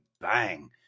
bang